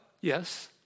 Yes